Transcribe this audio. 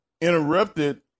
interrupted